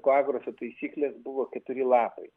ekoagroso taisyklės buvo keturi lapai